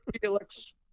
Felix